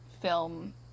film